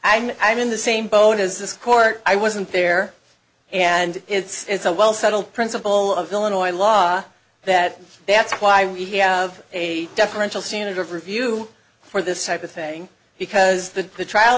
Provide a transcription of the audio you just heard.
i'm i'm in the same bone as this court i wasn't there and it's a well settled principle of illinois law that that's why we have a deferential soon of review for this type of thing because the the trial